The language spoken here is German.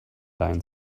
deinen